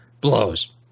blows